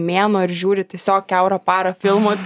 mėnuo ir žiūrit tiesiog kiaurą parą filmus